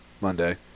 Monday